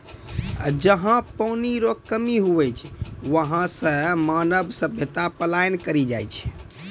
जहा पनी रो कमी हुवै छै वहां से मानव सभ्यता पलायन करी जाय छै